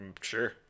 sure